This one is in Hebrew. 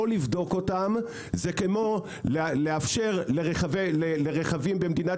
לא לבדוק אותם זה כמו לאפשר לרכבים במדינת